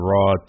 Raw